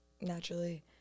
naturally